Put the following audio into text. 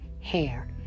hair